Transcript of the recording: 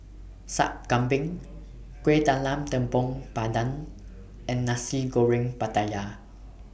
Sup Kambing Kuih Talam Tepong Pandan and Nasi Goreng Pattaya